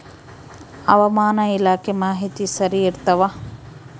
ಹವಾಮಾನ ಇಲಾಖೆ ಮಾಹಿತಿ ಸರಿ ಇರ್ತವ?